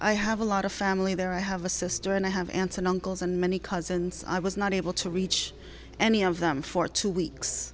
i have a lot of family there i have a sister and i have answered uncles and many cousins i was not able to reach any of them for two weeks